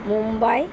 Mumbai